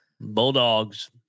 bulldogs